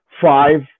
five